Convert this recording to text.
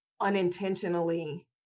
unintentionally